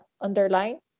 underline